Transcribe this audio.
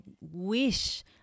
wish